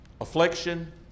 affliction